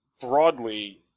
broadly